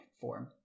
form